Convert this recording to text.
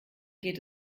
geht